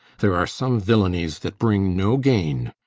there are some villainies that bring no gain.